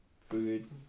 food